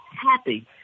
happy